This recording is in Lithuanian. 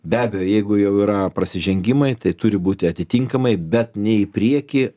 be abejo jeigu jau yra prasižengimai tai turi būti atitinkamai bet ne į priekį